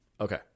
Okay